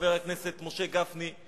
חבר הכנסת משה גפני,